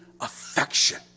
affection